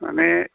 माने